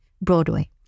Broadway